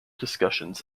discussions